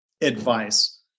advice